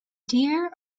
dear